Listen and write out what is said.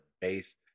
base